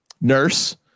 nurse